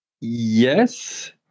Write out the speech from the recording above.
Yes